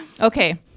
Okay